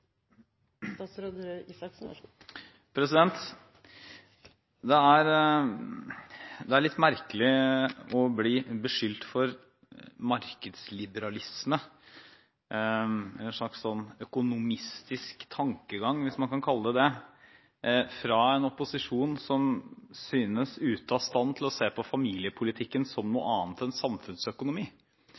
Det er litt merkelig å bli beskyldt for markedsliberalisme – en slags «økonomistisk» tankegang, hvis man kan kalle det det – fra en opposisjon som synes ute av stand til å se på familiepolitikken som noe annet enn samfunnsøkonomi.